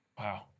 Wow